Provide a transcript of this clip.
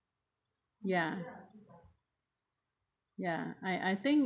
ya ya I I think